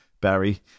Barry